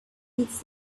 its